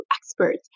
experts